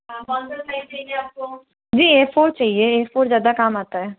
हाँ कौन सा साइज चाहिए आपको जी ए फोर चहिए ए फोर ज़्यादा काम आता है